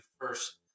first